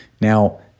Now